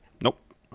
Nope